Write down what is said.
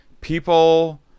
people